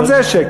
גם זה שקר.